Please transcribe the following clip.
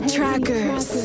Trackers